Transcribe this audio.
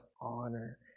honor